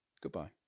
Goodbye